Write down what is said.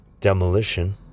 demolition